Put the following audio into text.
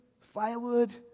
firewood